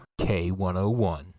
K101